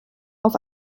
auf